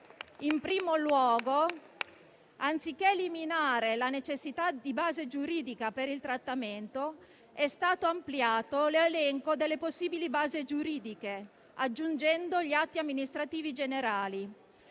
in primo luogo, anziché eliminare la necessità di base giuridica per il trattamento, è stato ampliato l'elenco delle possibili basi giuridiche, aggiungendo gli atti amministrativi generali.